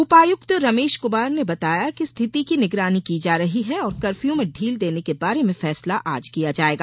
उपायुक्त रमेश कुमार ने बताया कि स्थिति की निगरानी की जा रही है और कर्फ्यू में ढील देने के बारे में फैसला आज किया जाएगा